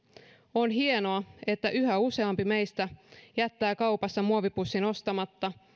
on hienoa että yhä useampi meistä jättää kaupassa muovipussin ostamatta